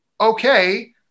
Okay